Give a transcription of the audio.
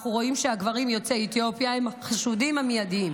אנחנו רואים שהגברים יוצאי אתיופיה הם החשודים המיידיים.